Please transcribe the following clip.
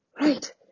Right